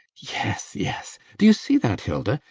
yes, yes, do you see that, hilda?